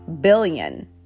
billion